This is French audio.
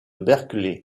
berkeley